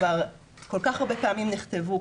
כבר כל כך הרבה פעמים נכתבו,